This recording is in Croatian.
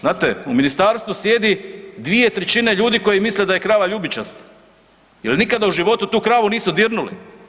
Znate, u ministarstvu sjedi 2/3 ljudi koji misle da je krava ljubičasta jer nikada u životu tu kravu nisu dirnuli.